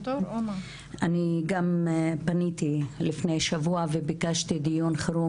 אני גם פניתי לפני שבוע וביקשתי דיון חירום